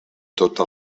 tota